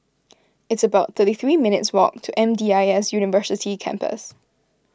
it's about thirty three minutes' walk to M D I S University Campus